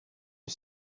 you